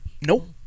Nope